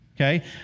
okay